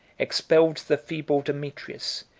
expelled the feeble demetrius,